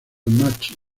match